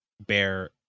bear